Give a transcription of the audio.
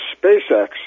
SpaceX